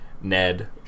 Ned